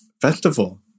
festival